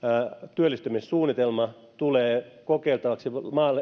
työllistymissuunnitelma tulee